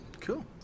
Cool